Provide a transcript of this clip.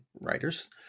writers